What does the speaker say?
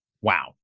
Wow